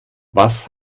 was